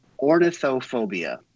ornithophobia